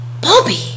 Bobby